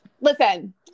Listen